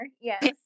yes